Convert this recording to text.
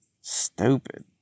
Stupid